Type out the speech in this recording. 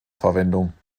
verwendung